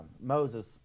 moses